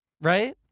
right